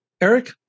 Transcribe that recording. Eric